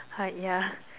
hide ya